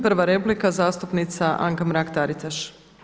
Prva replika zastupnica Anka Mrak TAritaš.